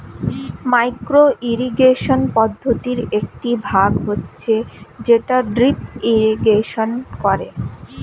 micro irrigation পদ্ধতির একটি ভাগ হচ্ছে যেটা ড্রিপ ইরিগেশন করে